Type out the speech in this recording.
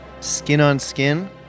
Skin-on-skin